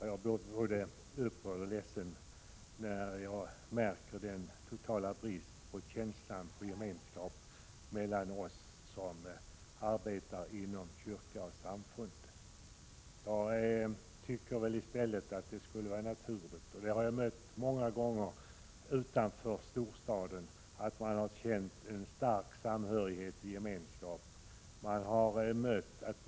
Fru talman! Jag blir både upprörd och ledsen när jag märker den totala bristen på känsla och gemenskap mellan oss som arbetar inom kyrka och samfund. Jag tycker att det i stället skulle vara naturligt att man kände en stark samhörighet och gemenskap. Det har jag mött många gånger utanför storstaden.